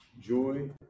joy